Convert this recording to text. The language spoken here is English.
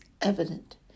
evident